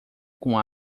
com